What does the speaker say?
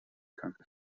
kranke